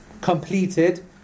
completed